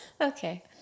Okay